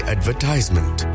Advertisement